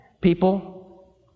people